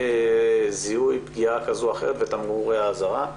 זיהוי פגיעה כזו או אחרת ואת תמרורי האזהרה?